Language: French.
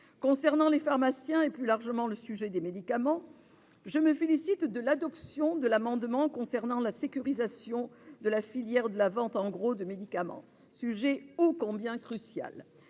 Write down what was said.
Concernant les pharmaciens, et plus largement le sujet des médicaments, je me félicite de l'adoption de l'amendement ayant trait à la sécurisation de la filière de la vente en gros de médicaments : sujet ô combien crucial